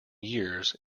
years